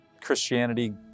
Christianity